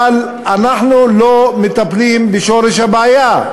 אבל אנחנו לא מטפלים בשורש הבעיה.